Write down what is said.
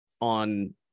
on